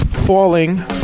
Falling